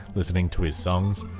listening to his songs.